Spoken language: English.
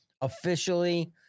officially